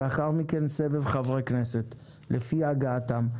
לאחר מכן סבב חברי כנסת לפי הגעתם.